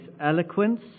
eloquence